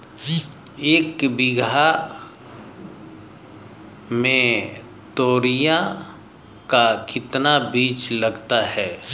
एक बीघा में तोरियां का कितना बीज लगता है?